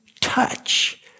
touch